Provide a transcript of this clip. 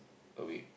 a week